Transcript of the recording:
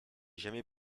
jamais